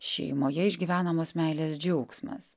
šeimoje išgyvenamos meilės džiaugsmas